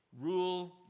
rule